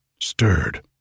stirred